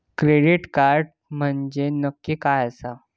Credit card म्हंजे नक्की काय आसा?